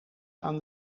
aan